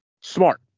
Smart